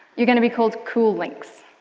you are going to be called cool links.